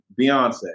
Beyonce